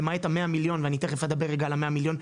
למעט המאה מיליון ואני תיכף אדבר רגע על המאה מיליון,